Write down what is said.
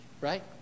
right